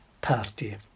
party